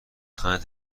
خنده